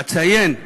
אציין,